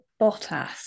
Bottas